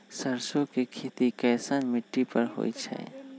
सरसों के खेती कैसन मिट्टी पर होई छाई?